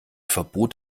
verbot